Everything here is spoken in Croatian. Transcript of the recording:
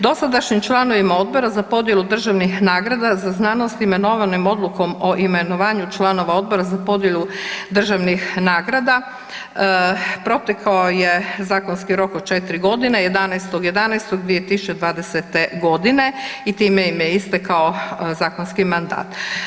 Dosadašnjim članovima Odbora za podjelu državnih nagrada za znanost imenovanih Odlukom o imenovanju članova Odbora za podjelu državnih nagrada protekao je zakonski rok od 4 godine 11.11.2020. godine i time im je istekao zakonski mandat.